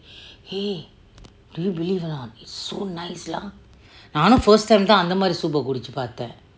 !hey! do you believe or not so nice lah நானும்:naanum first time தான் அந்த மாதிரி:thaan anta maatiri soup eh குடுச்சி பார்த்தேன்:kuduchi parthen